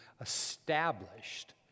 established